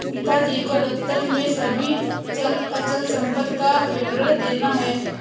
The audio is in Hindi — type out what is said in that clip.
पिताजी को दफ्तर में सभी चल अचल संपत्ति का विवरण देना है